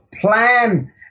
plan